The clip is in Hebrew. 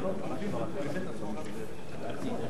אחרי חבר הכנסת איתן כבל, אבסדזה נינו.